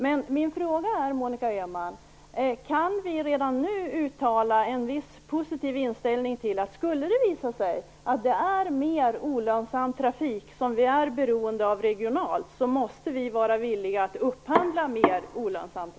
Men min fråga är, Monica Öhman: Kan vi redan nu uttala en positiv inställning till att upphandla mer olönsam trafik, om det skulle visa sig att vi är beroende av olönsam trafik regionalt? Vi måste vara villiga att göra det.